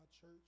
church